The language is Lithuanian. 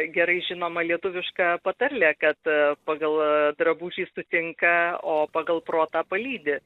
gerai žinoma lietuviška patarlė kad pagal drabužį sutinka o pagal protą palydi